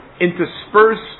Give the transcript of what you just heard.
Interspersed